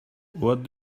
what